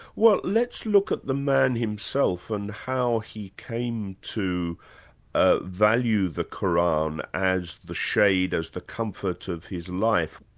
well let's look at the man himself, and how he came to ah value the qur'an as the shade, as the comfort of his life.